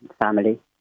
family